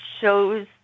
Shows